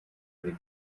kuri